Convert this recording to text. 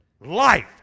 life